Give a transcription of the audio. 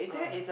(uh huh)